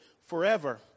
forever